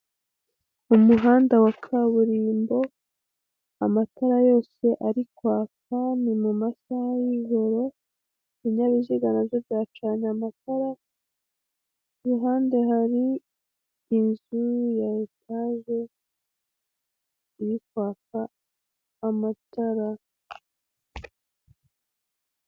Umuhanda wa kaburimbo, amatara yose ari kwaka ni mu masaha y'ijoro, ibinyabiziga nabyo byacanye amatara, iruhande hari inzu ya etaje iri kwaka amatara.